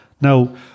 Now